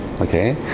Okay